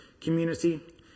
community